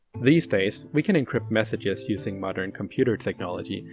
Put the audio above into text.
these days, we can encrypt messages using modern computer technology,